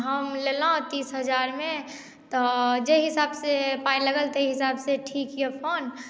हम लेलहुँ तीस हजारमे तऽ जाहि हिसाबसँ पाइ लागल ताहि हिसाबसँ ठीक यए फोन